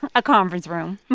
a conference room